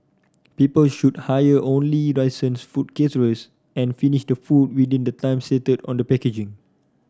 people should hire only licensed food and finish the food within the time stated on the packaging